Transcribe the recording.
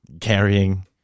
carrying